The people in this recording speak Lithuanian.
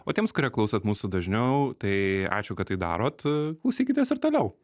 o tiems kurie klausot mūsų dažniau tai ačiū kad tai darot klausykitės ir toliau